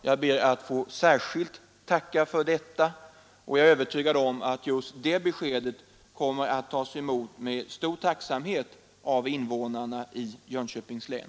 Jag ber att särskilt få tacka för detta, och jag är övertygad om att just det beskedet kommer att tas emot med stor tacksamhet av invånarna i Jönköpings län.